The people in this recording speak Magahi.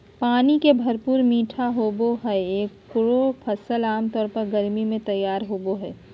पानी से भरपूर मीठे होबो हइ एगोर फ़सल आमतौर पर गर्मी में तैयार होबो हइ